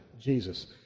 Jesus